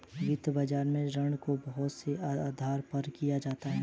वित्तीय बाजार में ऋण को बहुत से आधार पर दिया जाता है